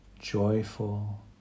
Joyful